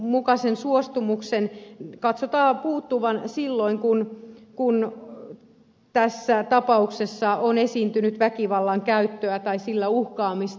useimmiten uhrin asianmukaisen suostumuksen katsotaan puuttuvan silloin kun tapauksessa on esiintynyt väkivallan käyttöä tai sillä uhkaamista